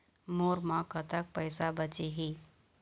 मोर म कतक पैसा बचे हे?